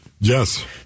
Yes